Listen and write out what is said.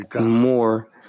more